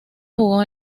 jugó